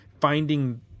finding